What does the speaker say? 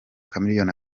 chameleone